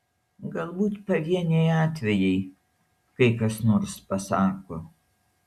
galbūt pavieniai atvejai kai kas nors pasako